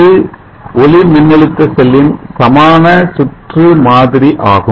இது ஒளிமின்னழுத்த செல்லின் சமான சுற்று மாதிரி ஆகும்